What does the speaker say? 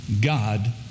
God